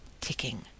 ticking